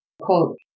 quote